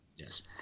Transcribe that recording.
Yes